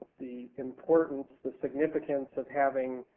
the importance, the significance of having